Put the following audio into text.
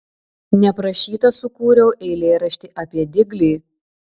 neprašyta sukūriau eilėraštį apie diglį